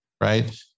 right